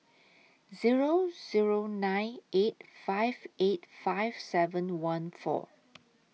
Zero Zero nine eight five eight five seven one four